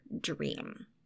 dream